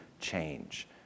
change